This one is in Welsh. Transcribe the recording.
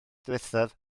ddiwethaf